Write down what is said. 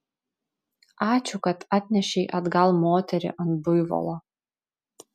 ačiū kad atnešei atgal moterį ant buivolo